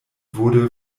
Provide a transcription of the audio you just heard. wurde